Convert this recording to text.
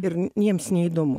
ir n jiems neįdomu